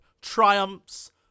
triumphs